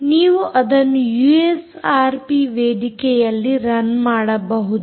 ನೀವು ಅದನ್ನು ಯೂಎಸ್ಆರ್ಪಿ ವೇದಿಕೆಯಲ್ಲಿ ರನ್ ಮಾಡಬಹುದು